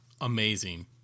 amazing